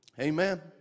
Amen